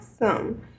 Awesome